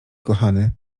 kochany